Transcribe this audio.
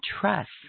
trust